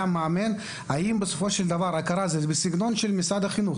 ושבה הוא היה מאמן זה בסגנון של משרד החינוך,